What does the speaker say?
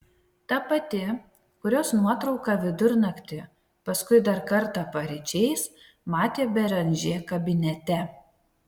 ta pati kurios nuotrauką vidurnaktį paskui dar kartą paryčiais matė beranžė kabinete